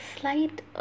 slight